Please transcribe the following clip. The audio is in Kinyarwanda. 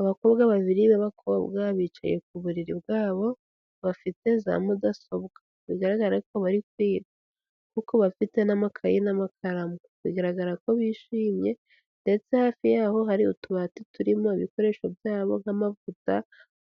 Abakobwa babiri, abakobwa bicaye ku buriri bwabo bafite za mudasobwa, bigaragara ko bari kuko bafite n'amakaye n'amakaramu, bigaragara ko bishimye ndetse hafi yaho hari utubati turimo ibikoresho byabo nk'amavuta,